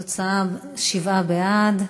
התוצאה: שבעה בעד.